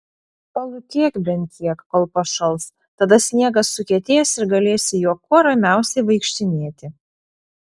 palūkėk bent kiek kol pašals tada sniegas sukietės ir galėsi juo kuo ramiausiai vaikštinėti